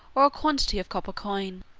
or a quantity of copper coin.